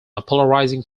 polarizing